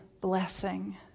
blessing